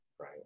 right